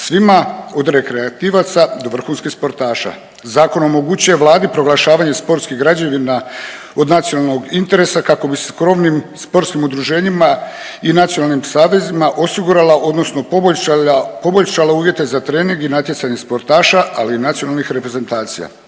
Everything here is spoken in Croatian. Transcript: svima od rekreativaca do vrhunskih sportaša. Zakon omogućuje Vladi proglašavanje sportskih građevina od nacionalnog interesa kako bi se s skromnim sportskim udruženjima i nacionalnim savezima osigurala odnosno poboljšala, poboljšale uvjete za trening i natjecanje sportaša ali i nacionalnih reprezentacija.